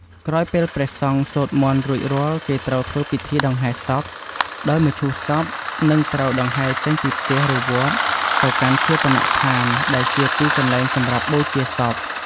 ក្រោយពេលព្រះសង្ឃសូត្រមន្ដរួចរាល់គេត្រូវធ្វើពិធីដង្ហែសព ដោយមឈូសសពនឹងត្រូវដង្ហែរចេញពីផ្ទះ ឬវត្ត ទៅកាន់ ឈាបនដ្ឋាន ដែលជាទីកន្លែងសម្រាប់បូជាសព។